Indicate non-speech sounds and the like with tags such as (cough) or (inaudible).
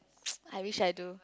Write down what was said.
(noise) I wished I do